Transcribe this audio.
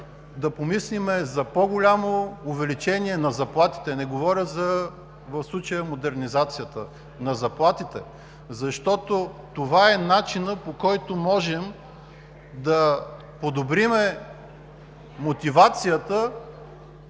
да помислим за по-голямо увеличение на заплатите, не говоря в случая за модернизацията, а на заплатите, защото това е начинът, по който можем да подобрим мотивацията